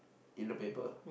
in the paper